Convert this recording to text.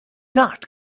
not